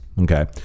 Okay